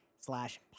slash